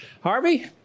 Harvey